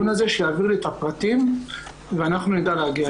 שיעביר לי את הפרטים אחרי הדיון הזה ואנחנו נדע להגיע אליהן.